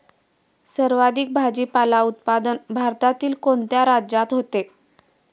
सर्वाधिक भाजीपाला उत्पादन भारतातील कोणत्या राज्यात होते?